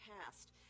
past